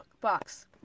box